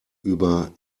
über